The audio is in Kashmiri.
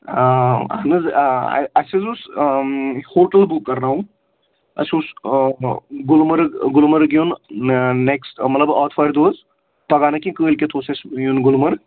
اَہن حظ آ اَسہِ حظ اوس ہوٹل بُک کَرناوُن اَسہِ اوس گُلمَرٕگ گُلمَرٕگ یُن نیکٕسٹ مطلب آتھوارِ دۄہ حظ پگاہ نہٕ کیٚنٛہہ کٲلۍکٮ۪تھ اوس اَسہِ یُن گُلمَرٕگ